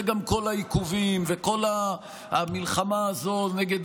וגם כל העיכובים וכל המלחמה הזו נגד